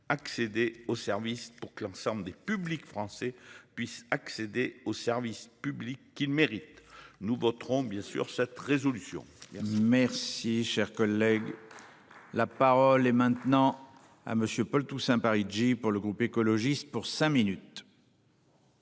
accéder au service. Pour que l'ensemble des publics français puissent accéder aux services publics qu'mérite nous voterons bien sûr cette résolution. Merci cher collègue. La parole est maintenant à monsieur Paul Toussaint Parigi pour le groupe écologiste pour cinq minutes.